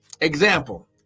Example